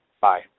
Bye